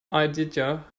aditya